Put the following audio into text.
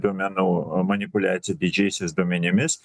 duomenų manipuliacijų didžiaisiais duomenimis